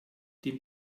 dem